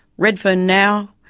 redfern now,